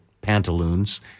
pantaloons